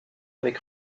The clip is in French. avec